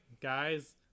guys